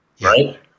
Right